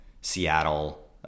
Seattle